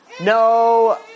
no